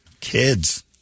kids